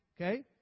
Okay